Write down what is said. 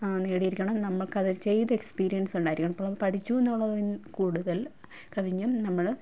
നേടിയിരിക്കണം നമുക്കത് ചെയ്ത് എക്സ്പീരിയൻസ് ഉണ്ടായിരിക്കണം ഇപ്പം നമ്മൾ പഠിച്ചൂന്നുള്ളതിൽ കൂടുതൽ കവിഞ്ഞ് നമ്മൾ